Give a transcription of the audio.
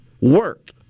work